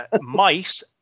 Mice